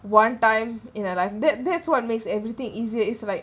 one time in my life that that's what makes everything easier it's like